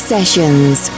Sessions